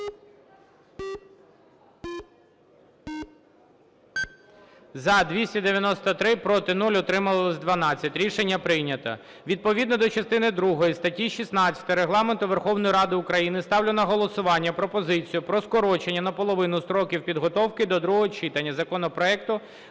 За-293 Проти – 0, утримались – 12. Рішення прийнято. Відповідно до частини другої статті 16 Регламенту Верховної Ради України ставлю на голосування пропозицію про скорочення наполовину строків підготовки до другого читання законопроекту